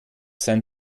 sein